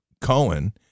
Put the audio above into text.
Cohen